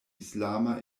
islama